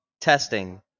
testing